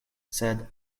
sed